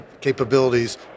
capabilities